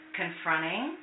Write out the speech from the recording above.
confronting